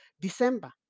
December